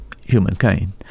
humankind